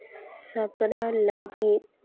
ᱥᱟᱯᱲᱟᱣ ᱞᱟᱹᱜᱤᱫ